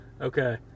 Okay